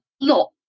lot